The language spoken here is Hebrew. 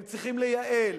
הם צריכים לייעל,